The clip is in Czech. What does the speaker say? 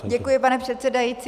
Děkuji, pane předsedající.